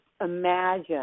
imagine